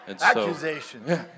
Accusation